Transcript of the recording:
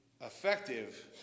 effective